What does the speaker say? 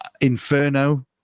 Inferno